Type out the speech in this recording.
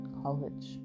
college